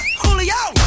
Julio